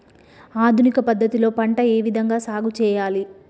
ఆధునిక పద్ధతి లో పంట ఏ విధంగా సాగు చేయాలి?